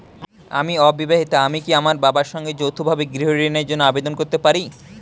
আমি অবিবাহিতা আমি কি আমার বাবার সঙ্গে যৌথভাবে গৃহ ঋণের জন্য আবেদন করতে পারি?